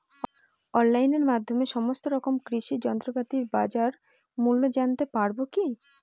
অনলাইনের মাধ্যমে সমস্ত রকম কৃষি যন্ত্রপাতির বাজার মূল্য জানতে পারবো কি?